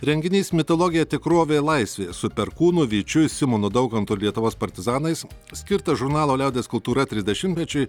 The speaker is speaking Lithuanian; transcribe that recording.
renginys mitologija tikrovė laisvė su perkūnu vyčiu simonu daukantu lietuvos partizanais skirtas žurnalo liaudies kultūra trisdešimtmečiui